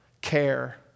care